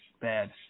bad